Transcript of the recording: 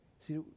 see